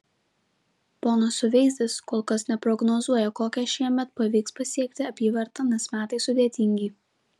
ponas suveizdis kol kas neprognozuoja kokią šiemet pavyks pasiekti apyvartą nes metai sudėtingi